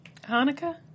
Hanukkah